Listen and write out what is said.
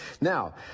Now